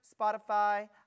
Spotify